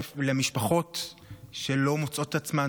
למשפחות שלא מוצאות את עצמן,